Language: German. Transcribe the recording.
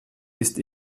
ist